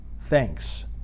Thanks